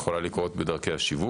יכולה לקרות בדרכי השיווק.